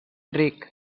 ric